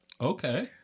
Okay